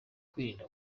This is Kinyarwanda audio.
kwirinda